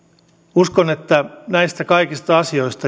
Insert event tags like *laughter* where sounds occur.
uskon että jos näistä kaikista asioista *unintelligible*